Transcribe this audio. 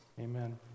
Amen